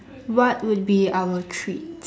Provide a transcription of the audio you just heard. what would be our treat